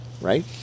right